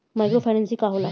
Micro financing का होला?